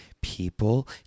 People